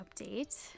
update